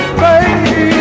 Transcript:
baby